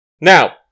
Now